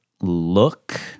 look